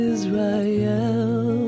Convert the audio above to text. Israel